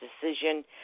decision